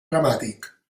dramàtic